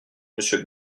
monsieur